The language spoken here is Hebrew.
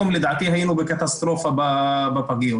לדעתי היום היינו בקטסטרופה בפגיות.